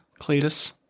Cletus